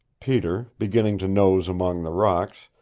peter, beginning to nose among the rocks,